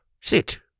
Sit